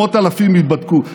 מאות אלפים יידבקו.